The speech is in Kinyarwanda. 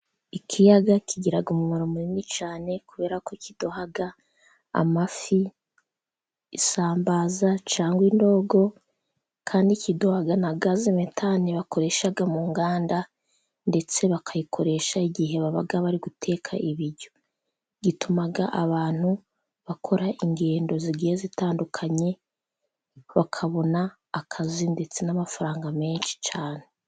Ikiyaga kigira umumaro munini cyane kubera ko kiduha amafi, isambaza cyangwa indugu. Kandi kiduha na gaz metanhane bakoreshaga mu nganda, ndetse bakayikoresha igihe baba bari guteka ibiryo. Gituma abantu bakora ingendo zigiye zitandukanye, bakabona akazi, ndetse n'amafaranga menshi cyane.